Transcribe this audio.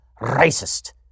racist